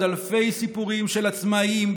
עוד אלפי סיפורים של עצמאים,